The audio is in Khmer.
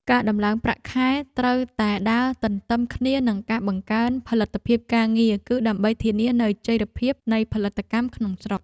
ការដំឡើងប្រាក់ខែត្រូវតែដើរទន្ទឹមគ្នានឹងការបង្កើនផលិតភាពការងារ គឺដើម្បីធានានូវចីរភាពនៃផលិតកម្មក្នុងស្រុក។